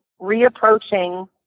reapproaching